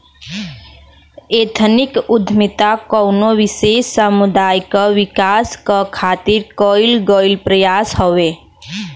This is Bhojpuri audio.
एथनिक उद्दमिता कउनो विशेष समुदाय क विकास क खातिर कइल गइल प्रयास हउवे